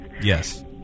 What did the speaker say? Yes